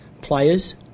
players